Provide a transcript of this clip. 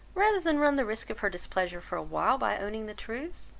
rather than run the risk of her displeasure for a while by owning the truth?